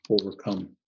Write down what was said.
overcome